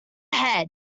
ahead